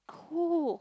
cool